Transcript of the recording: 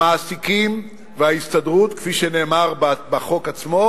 המעסיקים וההסתדרות, כפי שנאמר בחוק עצמו,